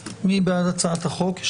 נעלה את הצעת החוק להצבעה,